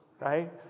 Right